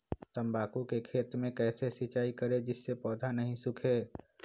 तम्बाकू के खेत मे कैसे सिंचाई करें जिस से पौधा नहीं सूखे?